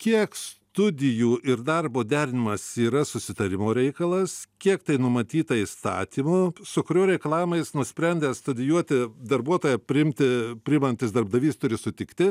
kiek studijų ir darbo derinimas yra susitarimo reikalas kiek tai numatyta įstatymo su kurio reikalavimais nusprendęs studijuoti darbuotoją priimti priimantis darbdavys turi sutikti